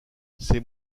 c’est